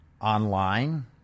online